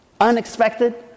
unexpected